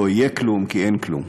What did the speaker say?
לא יהיה כלום כי אין כלום.